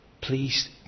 Please